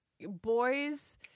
Boys